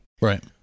right